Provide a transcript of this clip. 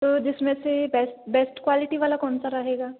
तो जिसमें से बेस्ट बेस्ट क्वालिटी वाला कौन सा रहेगा